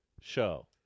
show